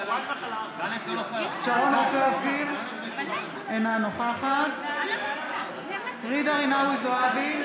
שרון רופא אופיר, אינה נוכחת ג'ידא רינאוי זועבי,